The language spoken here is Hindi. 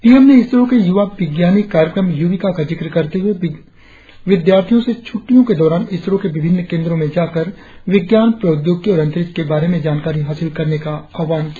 पी एम ने इसरो के युवा विज्ञानी कार्यक्रम यूविका का जिक्र करते हुए विद्यार्थियों से छुट्टियों के दौरान इसरो के विभिन्न केंद्रो में जाकर विज्ञान प्रौद्योगिकी और अंतरिक्ष के बारे में जानकारी हासिल करने का आह्वान किया